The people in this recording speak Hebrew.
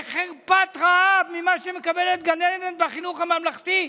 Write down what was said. בחרפת רעב, ממה שמקבלת גננת בחינוך הממלכתי,